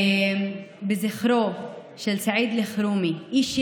זה לזכרו של סעיד אלחרומי, איש יקר,